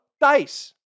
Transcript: dice